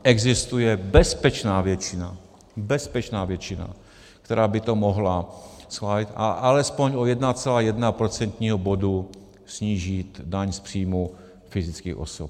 Existuje bezpečná většina, bezpečná většina!, která by to mohla schválit, a alespoň o 1,1 procentního bodu snížit daň z příjmů fyzických osob.